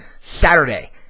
Saturday